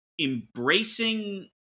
embracing